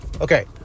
Okay